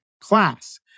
class